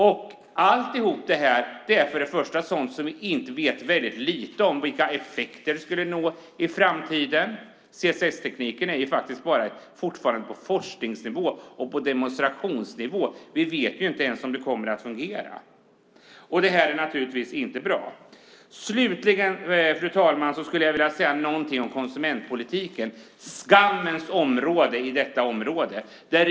Om allt detta vet vi väldigt lite när det gäller effekter i framtiden. CSS-tekniken finns faktiskt fortfarande bara på forskningsnivå och på demonstrationsnivå. Vi vet inte ens om det här kommer att fungera. Detta är naturligtvis inte bra. Slutligen, fru talman, skulle jag vilja säga några ord om konsumentpolitiken - skammens område i sammanhanget.